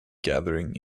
gathering